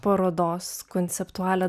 parodos konceptualią